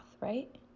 right